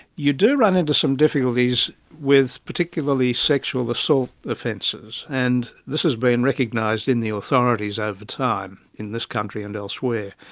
you do run into some difficulties with particularly sexual assault offences, and this has been recognised in the authorities over time in this country and elsewhere.